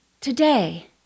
Today